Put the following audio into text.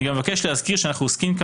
אני מבקש גם להזכיר שאף שאנו עוסקים כאן